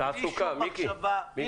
בלי שום מחשבה --- תעסוקה,